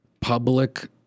public